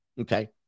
okay